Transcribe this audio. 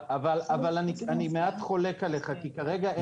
אני מעט חולק עליך כי כרגע אין הצעת חוק.